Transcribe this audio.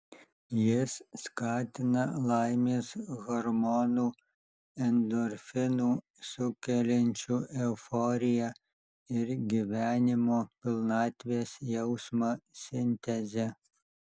jis skatina laimės hormonų endorfinų sukeliančių euforiją ir gyvenimo pilnatvės jausmą sintezę